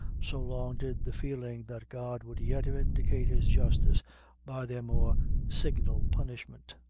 so long did the feeling that god would yet vindicate his justice by their more signal punishment,